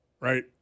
right